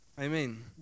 Amen